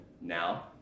now